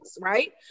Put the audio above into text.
right